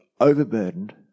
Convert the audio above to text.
overburdened